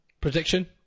Prediction